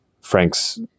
Frank's